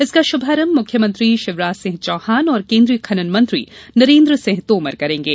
इसका शुभारंभ मुख्यमंत्री शिवराज सिंह चौहान और केन्द्रीय खनन मंत्री नरेन्द्र सिंह तोमर करेंगे